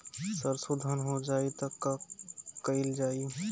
सरसो धन हो जाई त का कयील जाई?